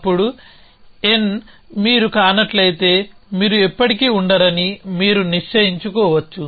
అప్పుడు n మీరు కానట్లయితే మీరు ఎప్పటికీ ఉండరని మీరు నిశ్చయించుకోవచ్చు